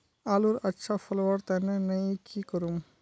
आलूर अच्छा फलवार तने नई की करूम?